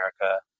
America